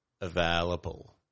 available